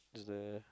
it's there